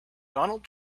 donald